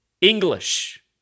English